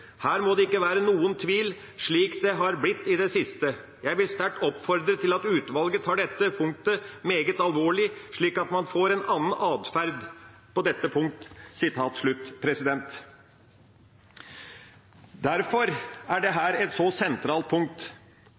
Her må det ikke være noen tvil, slik det har blitt i det siste. Jeg vil sterkt oppfordre til at utvalget tar dette meget alvorlig, slik at man får en annen atferd på dette punktet.» Derfor er dette et så sentralt punkt.